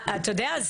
אתה יודע,